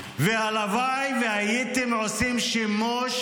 והלוואי והייתם עושים שימוש